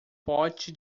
pote